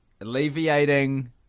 Alleviating